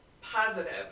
positive